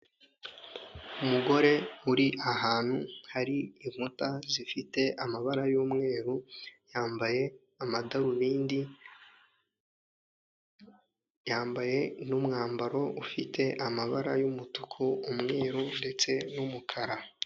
Umugore uri ahantu hari inkuta zifite amabara y'umweru yambaye amadarubindi, yambaye n'umwambaro ufite amabara y'umutuku, umweru ndetse n'umukara.